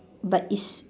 but is